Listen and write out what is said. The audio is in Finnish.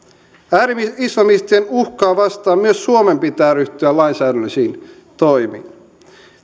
ääri islamistien uhkaa vastaan myös suomen pitää ryhtyä lainsäädännöllisiin toimiin